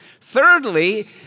Thirdly